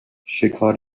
شکار